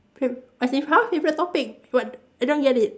fav~ as in !huh! different topic what I don't get it